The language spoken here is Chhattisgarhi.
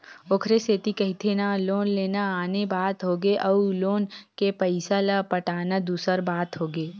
ओखरे सेती कहिथे ना लोन लेना आने बात होगे अउ लोन के पइसा ल पटाना दूसर बात होगे